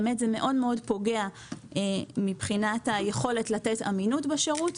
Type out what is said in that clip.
זה פוגע מאוד מבחינת היכולת לתת אמינות בשירות,